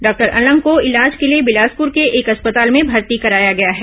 doctor Alang को इलाज के लिए बिलासपुर के एक अस्पताल में भर्ती कराया गया है